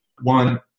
One